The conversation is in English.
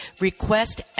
Request